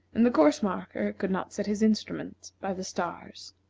and the course-marker could not set his instrument by the stars.